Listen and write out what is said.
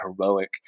heroic